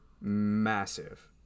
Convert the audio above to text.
massive